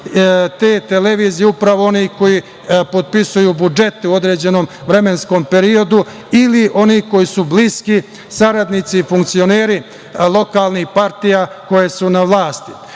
te televizije upravo oni koji potpisuju budžete u određenom vremenskom periodu ili oni koji su bliski saradnici i funkcioneri lokalnih partija koje su na vlasti. Sa